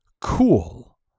cool